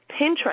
Pinterest